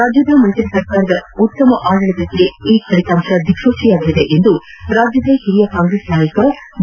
ರಾಜ್ಯದ ಮೈತ್ರಿ ಸರ್ಕಾರದ ಉತ್ತಮ ಆಡಳಿತಕ್ಕೆ ದಿಕ್ಲೂಚಿಯಾಗಲಿದೆ ಎಂದು ರಾಜ್ಯದ ಹಿರಿಯ ಕಾಂಗ್ರೆಸ್ ಡಿ